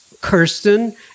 Kirsten